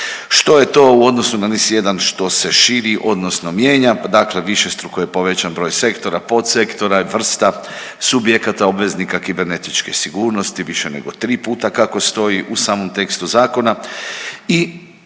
Što je to u odnosu na NIS1 što se širi odnosno mijenja? Dakle višestruko je povećan broj sektora, podsektora, vrsta subjekata obveznika kibernetičke sigurnosti, više nego tri puta kako stoji u samom tekstu zakona